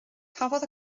cafodd